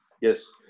Yes